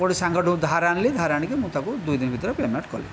କେଉଁ ଗୋଟିଏ ସାଙ୍ଗଠୁ ଧାର ଆଣିଲି ଧାର ଆଣିକି ମୁଁ ତାକୁ ଦୁଇ ଦିନ ଭିତରେ ପେମେଣ୍ଟ କଲି